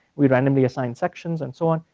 we randomly assigned sections and so on,